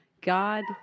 God